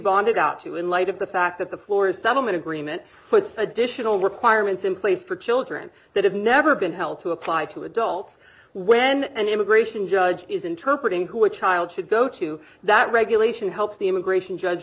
bonded out to in light of the fact that the floors settlement agreement puts additional requirements in place for children that have never been held to apply to adults when an immigration judge is interpret and who are child should go to that regulation helps the immigration judge